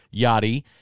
Yachty